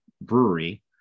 brewery